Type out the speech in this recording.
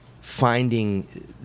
finding